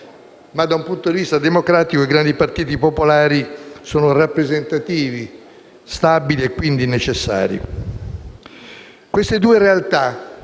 ma dal punto di vista democratico, i grandi partiti popolari sono rappresentativi, stabili e quindi necessari. Queste due realtà,